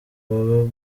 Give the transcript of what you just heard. baba